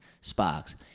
Sparks